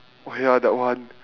oh ya that one